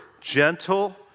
gentle